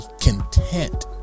content